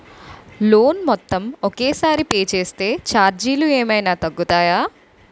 Loan మొత్తం ఒకే సారి పే చేస్తే ఛార్జీలు ఏమైనా తగ్గుతాయా?